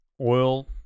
Oil